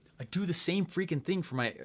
i do the same freaking thing for mine.